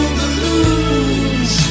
balloons